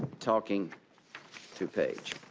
talking to page.